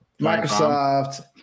Microsoft